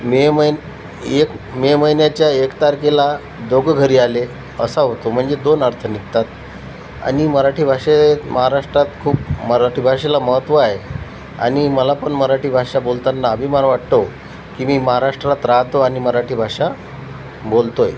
मे महिन् एक मे महिन्याच्या एक तारखेला दोघं घरी आले असा होतो म्हणजे दोन अर्थ निघतात आणि मराठी भाषेत महाराष्ट्रात खूप मराठी भाषेला महत्त्व आहे आणि मला पण मराठी भाषा बोलताना अभिमान वाटतो की मी महाराष्ट्रात राहतो आणि मराठी भाषा बोलतोय